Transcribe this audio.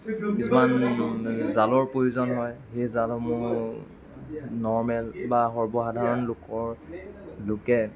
কিছুমান জালৰ প্ৰয়োজন হয় সেই জালসমূহ নৰ্মেল বা সৰ্বসাধাৰণ লোকৰ লোকে